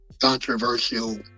controversial